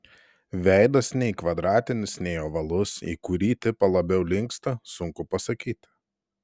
veidas nei kvadratinis nei ovalus į kurį tipą labiau linksta sunku pasakyti